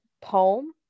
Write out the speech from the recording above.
poem